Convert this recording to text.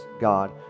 God